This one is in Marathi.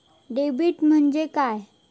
डेबिट म्हणजे काय?